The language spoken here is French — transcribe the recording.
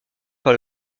par